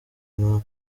nko